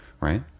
Right